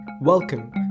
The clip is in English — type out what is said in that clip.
Welcome